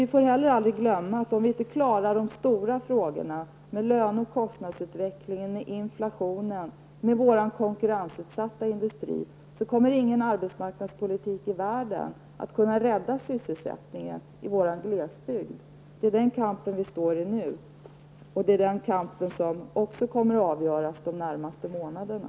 Vi får inte heller glömma att om vi inte klarar de stora frågorna med löne och kostnadsutveckling, med inflationsutveckling och vår konkurrensutsatta industri kommer ingen arbetsmarknadspolitik i världen att kunna rädda sysselsättningen i våra glesbygder -- det är den kampen vi står i nu, och den kommer att avgöras de närmaste månaderna.